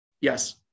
Yes